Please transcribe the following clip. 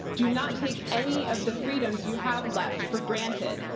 do not take any of the freedoms you have left for granted.